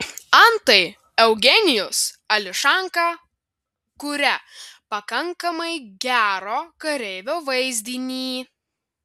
antai eugenijus ališanka kuria pakankamai gero kareivio vaizdinį